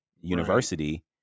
university